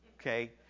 Okay